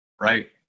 Right